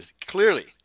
Clearly